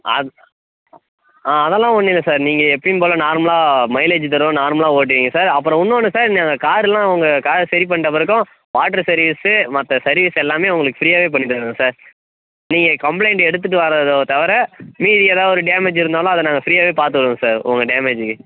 அத் ஆ அதெல்லாம் ஒன்றும் இல்லை சார் நீங்கள் எப்பயும் போல நார்மலாக மைலேஜ் தரும் நார்மலாக ஓட்டுவீங்க சார் அப்பறம் இன்னோன்னு சார் நாங்கள் கார்லாம் உங்கள் காரை சரி பண்ணிட்ட பிறகும் வாட்டர் சர்வீஸ் மற்ற சர்வீஸ் எல்லாமே உங்களுக்கு ஃப்ரீயாகவே பண்ணித்தருவேங்க சார் நீங்கள் கம்ப்ளைண்ட் எடுத்துகிட்டு வரதை தவிர மீதி ஏதாவது ஒரு டேமேஜ் இருந்தாலும் அதை நாங்கள் ஃப்ரீயாகவே பார்த்து தருவோம் சார் உங்கள் டேமேஜிக்கு